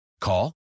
Call